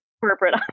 corporate